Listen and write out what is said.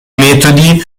metodi